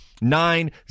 Nine